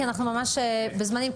כי אנחנו ממש בזמנים.